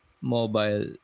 mobile